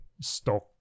stock